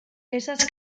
esas